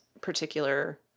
particular